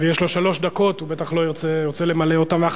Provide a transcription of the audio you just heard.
ויש לו שלוש דקות והוא בטח ירצה למלא אותן.